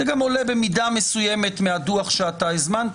זה גם עולה במידה מסוימת מהדוח שאתה הזמנת